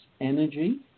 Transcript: energy